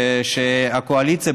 שהקואליציה,